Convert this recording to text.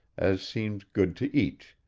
as seemed good to each,